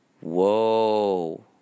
Whoa